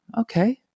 okay